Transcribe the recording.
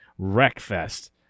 Wreckfest